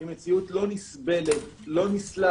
היא מציאות לא נסבלת, לא נסלחת.